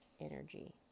energy